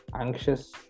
anxious